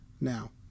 now